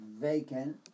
vacant